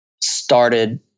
started